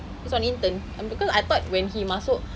he's on internship and because I thought when he masuk